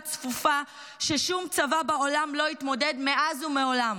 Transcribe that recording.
צפופה ששום צבא בעולם לא התמודד איתה מעולם.